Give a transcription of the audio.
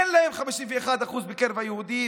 ואין להם 51% בקרב היהודים,